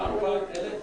אוסאמה, הפסקה עד 20:00?